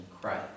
Christ